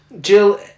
Jill